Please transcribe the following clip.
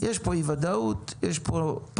יש פה אי ודאות, יש פה פרמטרים.